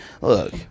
look